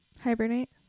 hibernate